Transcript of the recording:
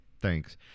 thanks